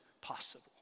possible